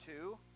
two